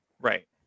right